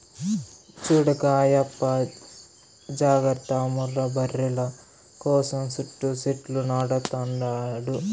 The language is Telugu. చూడక్కా ఆయప్ప జాగర్త ముర్రా బర్రెల కోసం సుట్టూ సెట్లు నాటతండాడు